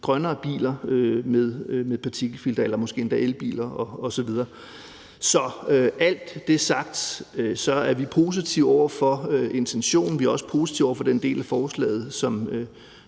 grønnere biler med partikelfiltre eller måske endda til elbiler osv. Når alt det er sagt, er vi positive over for intentionen, og vi er også positive over for den del af forslaget, som